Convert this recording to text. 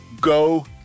go